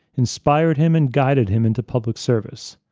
inspired him and guided him into public service.